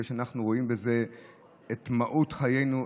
ושאנחנו רואים בזה את מהות חיינו,